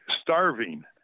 starving